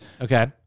Okay